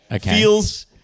feels